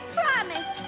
promise